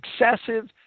excessive